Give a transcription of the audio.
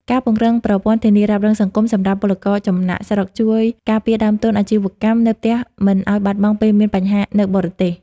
ការពង្រឹងប្រព័ន្ធ "ធានារ៉ាប់រងសង្គម" សម្រាប់ពលករចំណាកស្រុក ជួយការពារដើមទុនអាជីវកម្មនៅផ្ទះមិនឱ្យបាត់បង់ពេលមានបញ្ហានៅបរទេស។